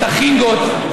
את החינגות,